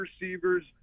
receivers –